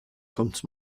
kommt